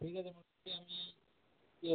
ঠিক আছে আমি আমি এই